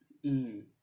mm